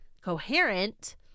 coherent